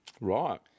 Right